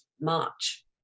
March